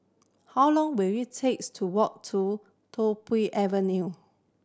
how long will it takes to walk to Tiong Poh Avenue